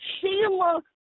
Sheila